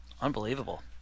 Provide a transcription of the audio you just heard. Unbelievable